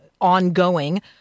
ongoing